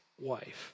wife